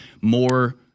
more